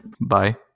Bye